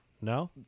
No